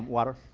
water?